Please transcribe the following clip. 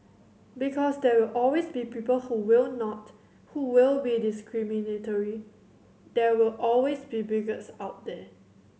because there will always be people who will not who will be discriminatory there will always be bigots out there